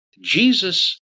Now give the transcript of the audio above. Jesus